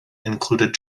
included